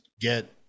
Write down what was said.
get